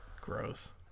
gross